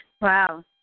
Wow